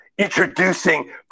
introducing